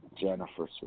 Jennifer